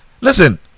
Listen